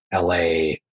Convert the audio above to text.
LA